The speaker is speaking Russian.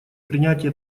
принятие